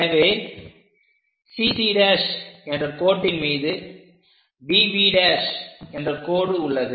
எனவே CC என்ற கோட்டின் மீது DV என்ற கோடு உள்ளது